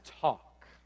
talk